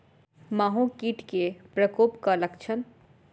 माहो कीट केँ प्रकोपक लक्षण?